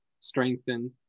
strengthen